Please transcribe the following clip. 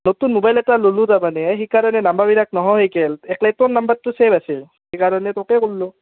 নতুন মোবাইল এটা ললো তাৰ মানে সেইকাৰণে নাম্বাৰবিলাক নোহোৱা হৈগেল